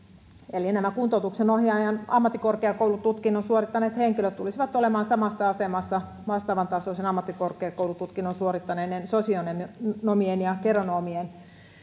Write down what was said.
eli nämä kuntoutuksen ohjaajan ammattikorkeakoulututkinnon suorittaneet henkilöt tulisivat olemaan samassa asemassa vastaavantasoisen ammattikorkeakoulututkinnon suorittaneiden sosionomien ja geronomien